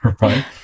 right